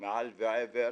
מעל ומעבר